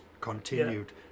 continued